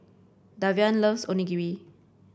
Davian loves Onigiri